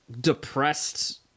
depressed